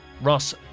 Ross